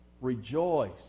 rejoice